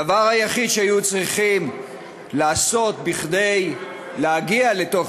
הדבר היחיד שהיו צריכים לעשות כדי להגיע לתוך